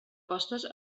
costes